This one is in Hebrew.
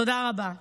תודה רבה.